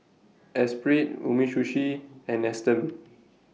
Espirit Umisushi and Nestum